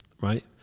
right